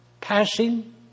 passing